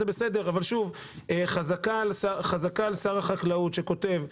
זה בסדר, אבל שוב, חזקה על שר החקלאות שכותב: